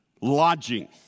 lodging